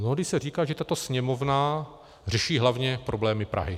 Mnohdy se říká, že tato Sněmovna řeší hlavně problémy Prahy.